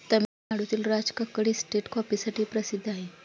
तामिळनाडूतील राजकक्कड इस्टेट कॉफीसाठीही प्रसिद्ध आहे